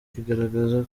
igaragaza